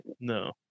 No